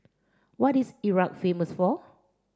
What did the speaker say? what is Iraq famous for